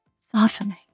softening